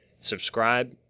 subscribe